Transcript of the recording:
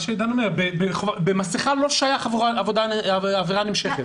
כלומר בעבירה של אי-עטיית מסכה זה לא שייך לעבירה נמשכת.